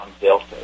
Delta